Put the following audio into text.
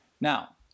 Now